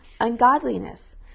ungodliness